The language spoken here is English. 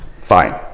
Fine